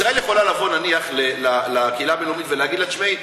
ישראל יכולה לבוא נניח לקהילה הבין-לאומית ולהגיד לה: תשמעי,